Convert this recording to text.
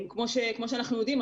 כמו שאנחנו יודעים,